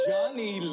Johnny